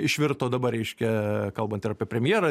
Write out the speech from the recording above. išvirto dabar reiškia kalbant ir apie premjerą